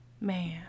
man